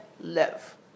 live